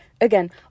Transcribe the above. again